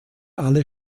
alle